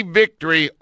victory